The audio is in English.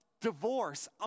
divorce